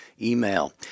email